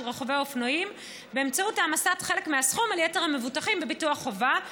רוכבי אופנועים באמצעות העמסת חלק מהסכום על יתר המבוטחים בביטוח חובה,